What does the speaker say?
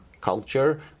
culture